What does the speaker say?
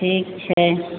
ठीक छै